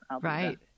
Right